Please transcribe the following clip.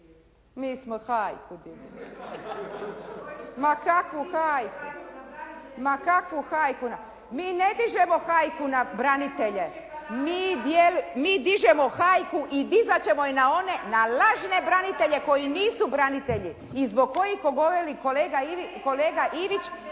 Mi smo hajku digli. Ma kakvu hajku. Mi ne dižemo hajku na branitelje, mi dižemo hajku i dizat ćemo ju na one, na lažne branitelje koji nisu branitelji i zbog kojih kolega Ivić